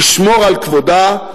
לשמור על כבודה,